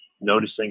noticing